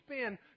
spend